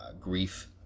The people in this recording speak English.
grief